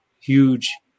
huge